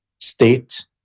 state